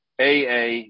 AA